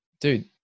dude